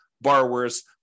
borrowers